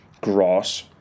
grass